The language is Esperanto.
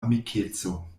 amikeco